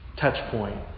touchpoint